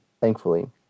thankfully